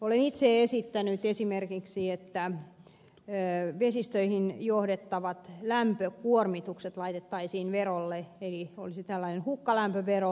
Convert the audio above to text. olen itse esimerkiksi esittänyt että vesistöihin johdettavat lämpökuormitukset laitettaisiin verolle eli olisi tällainen hukkalämpövero